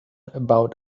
about